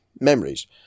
memories